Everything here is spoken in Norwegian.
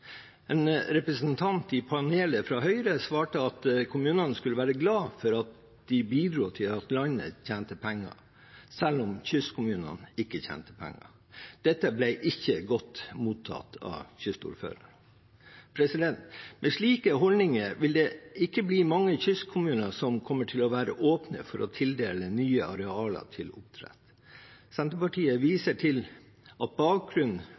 En representant fra Høyre i panelet svarte at kommunene skulle være glade for at de bidro til at landet tjente penger, selv om kystkommunene ikke tjente penger. Dette ble ikke godt mottatt av kystordførerne. Med slike holdninger er det ikke mange kystkommuner som kommer til å være åpne for å tildele nye arealer til oppdrett. Senterpartiet viser til at bakgrunnen